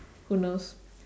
who knows